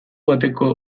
bateko